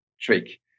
trick